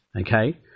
okay